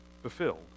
fulfilled